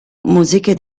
musiche